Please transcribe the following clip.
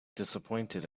disappointed